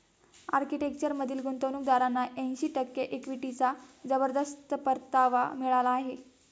आर्किटेक्चरमधील गुंतवणूकदारांना ऐंशी टक्के इक्विटीचा जबरदस्त परतावा मिळाला आहे